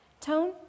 Tone